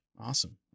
Awesome